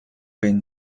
been